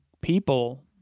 people